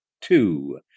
two